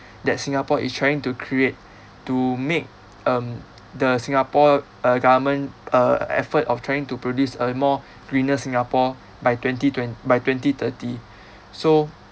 that singapore is trying to create to make um the singapore uh government uh effort of trying to produce a more greener singapore by twenty twen~ by twenty thirty so